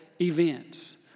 events